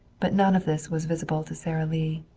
but none of this was visible to sara lee.